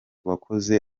wahoze